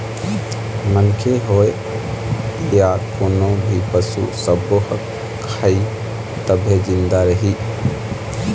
मनखे होए य कोनो भी पसू सब्बो ह खाही तभे जिंदा रइही